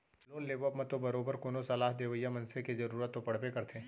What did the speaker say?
loan लेवब म तो बरोबर कोनो सलाह देवइया मनसे के जरुरत तो पड़बे करथे